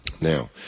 Now